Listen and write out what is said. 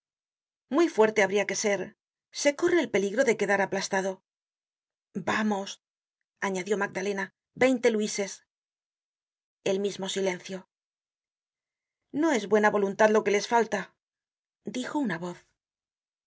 muy fuerte habria que ser se corre el peligro de quedar aplastado vamos añadió magdalena veinte luises el mismo silencio no es buena voluntad lo que les falta dijo una voz